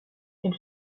elle